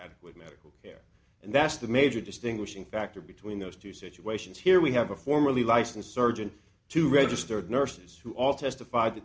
adequate medical care and that's the major distinguishing factor between those two situations here we have a formerly licensed surgeon two registered nurses who all testif